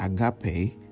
agape